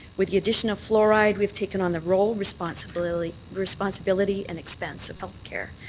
with the addition of fluoride we've taken on the role, responsibility responsibility and expense of health care.